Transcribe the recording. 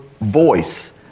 voice